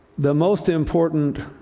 the most important